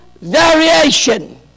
variation